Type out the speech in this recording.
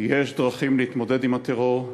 יש דרכים להתמודד עם הטרור.